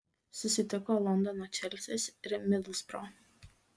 susitiko londono čelsis ir midlsbro